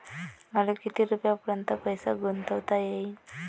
मले किती रुपयापर्यंत पैसा गुंतवता येईन?